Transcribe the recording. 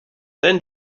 then